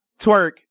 twerk